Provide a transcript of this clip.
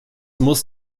muss